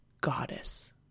goddess